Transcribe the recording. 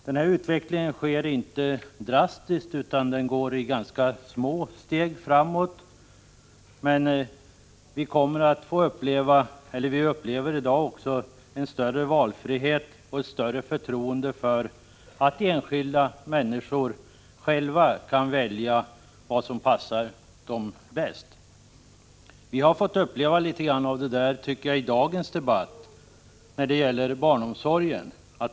Den utvecklingen sker inte drastiskt, utan den går framåt med ganska små steg, men vi upplever i dag en större valfrihet och ett större förtroende för att enskilda människor själva kan välja vad som passar dem bäst. Vi har fått uppleva litet grand av det, tycker jag, i dagens debatt om barnomsorgen.